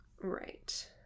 Right